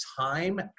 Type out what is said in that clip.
time